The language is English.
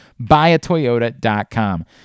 buyatoyota.com